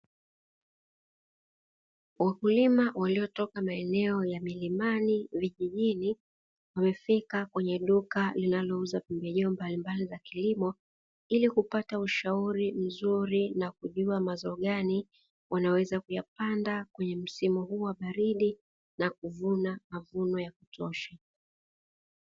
Wakulima waliotoka maeneo ya milimani, vijijini wamefika kwenye duka linalouza pembejeo mbalimbali za kilimo ili kupata ushauri mzuri na kujua mazao gani wanaweza kuyapanda kwenye msimu huu wa baridi na kuvuna mavuno ya kutosha.